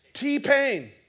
T-Pain